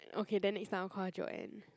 okay then next time I'll call her Joanne